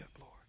Lord